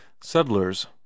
Settlers